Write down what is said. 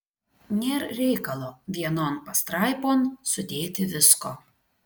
nėr reikalo vienon pastraipon sudėti visko